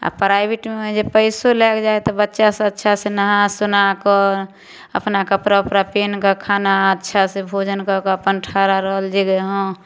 आओर प्राइवेटमे जे पइसो लागि जाइ हइ तऽ बच्चासभ अच्छासे नहा सोनाकऽ अपना कपड़ा उपड़ा पेन्हकऽ खाना अच्छा से भोजन कऽ कऽ अपन ठड़ा रहल जे हँ